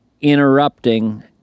interrupting